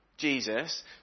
jesus